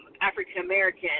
African-American